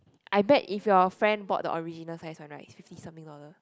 I bet if your friend bought the original size one right is fifty something dollar